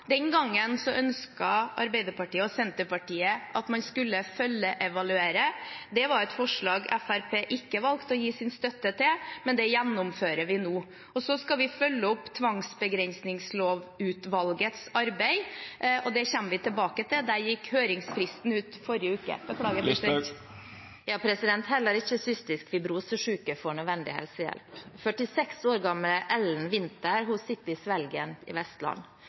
Senterpartiet at man skulle følgeevaluere. Det var et forslag Fremskrittspartiet valgte å ikke gi sin støtte til, men det gjennomfører vi nå. Vi skal følge opp tvangsbegrensningslovutvalgets arbeid, og det kommer vi tilbake til. Der gikk høringsfristen ut i forrige uke. Det blir oppfølgingsspørsmål – først Sylvi Listhaug. Heller ikke cystisk fibrose-syke får nødvendig helsehjelp. Ellen Winther på 46 år sitter i Svelgen i Vestland